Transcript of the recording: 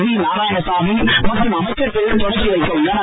we Narayanasamy மற்றும் அமைச்சர்கள் தொடக்கி வைக்க உள்ளனர்